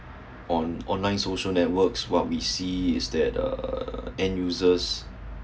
on online social networks what we see is that uh end-users